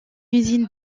usine